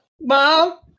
mom